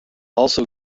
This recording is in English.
also